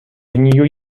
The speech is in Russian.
нью